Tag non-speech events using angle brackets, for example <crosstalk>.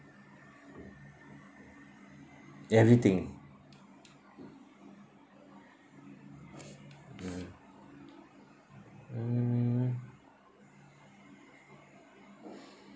everything mm mm <breath>